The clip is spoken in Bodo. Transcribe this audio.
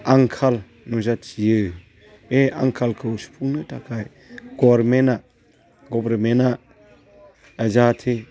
आंखाल नुजाथियो बे आंखालखौ सुफुंनो थाखाय गभर्नमेन्टआ जाहाथे